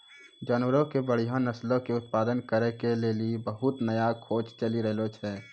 जानवरो के बढ़िया नस्लो के उत्पादन करै के लेली बहुते नया खोज चलि रहलो छै